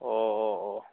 অঁ অঁ অঁ